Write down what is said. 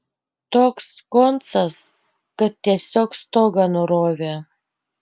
toks koncas kad tiesiog stogą nurovė